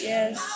Yes